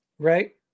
Right